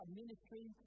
ministry